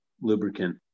lubricant